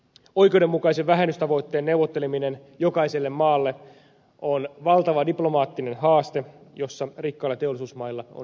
oikeudenmukaisen vähennystavoitteen neuvotteleminen jokaiselle maalle on valtava diplomaattinen haaste jossa rikkailla teollisuusmailla on suurin vastuu